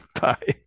Bye